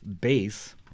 base